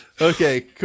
Okay